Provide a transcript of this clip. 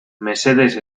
mesedez